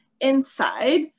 inside